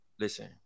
listen